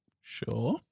Sure